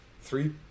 three